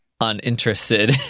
uninterested